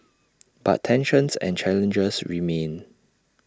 but tensions and challenges remain